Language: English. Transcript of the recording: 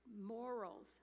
morals